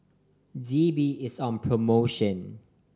D B is on promotion